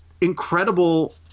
incredible